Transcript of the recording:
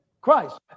Christ